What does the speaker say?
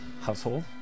household